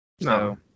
No